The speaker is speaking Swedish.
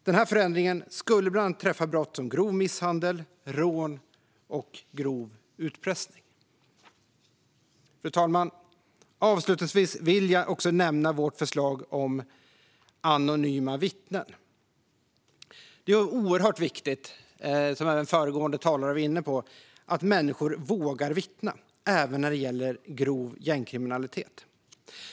Den här förändringen skulle bland annat träffa brott som grov misshandel, rån och grov utpressning. Fru talman! Avslutningsvis vill jag nämna vårt förslag om anonyma vittnen. Det är oerhört viktigt, som även föregående talare var inne på, att människor vågar vittna även när det gäller grov gängkriminalitet.